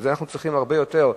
בזה אנחנו צריכים הרבה יותר,